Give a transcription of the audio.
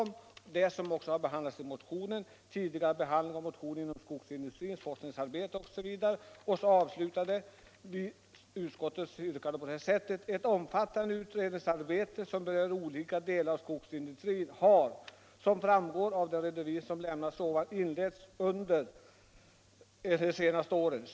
Vi har också redovisat tidigare behandling av motioner i detta ämne. Slutligen anför utskottet: ”Ett omfattande utredningsarbete som berör olika delar av skogsindustrin har — som framgår av den redovisning som lämnats ovan — inletts under de senaste åren.